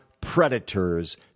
predators